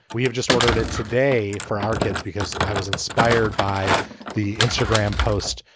we have just ordered it today for our kids because i was inspired by the instagram post.